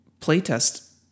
playtest